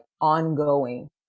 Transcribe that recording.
Ongoing